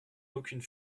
aucune